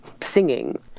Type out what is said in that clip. singing